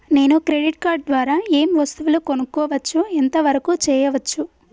నేను credit card ద్వారా ఏం వస్తువులు కొనుక్కోవచ్చు ఎంత వరకు చేయవచ్చు?